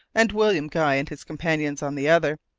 and william guy and his companions on the other,